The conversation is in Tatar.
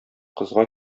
кызга